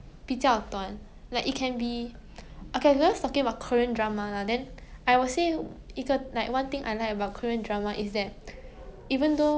like sometimes you watch a show about police man right then you can like 我 like 自己自己的 mind 里面 lah then I can imagine like being a police person like imagine this will be my job scope